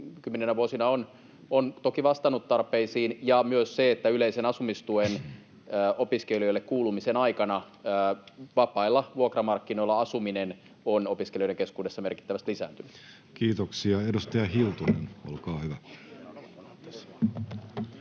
kymmeninä vuosina on toki vastannut tarpeisiin, ja myös se, että yleisen asumistuen opiskelijoille kuulumisen aikana vapailla vuokramarkkinoilla asuminen on opiskelijoiden keskuudessa merkittävästi lisääntynyt. [Speech 42] Speaker: Jussi Halla-aho